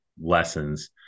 lessons